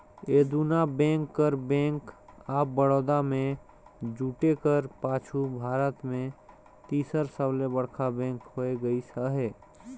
ए दुना बेंक कर bank of Baroda में जुटे कर पाछू भारत में तीसर सबले बड़खा बेंक होए गइस अहे